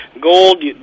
gold